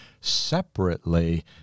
separately